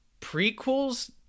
prequels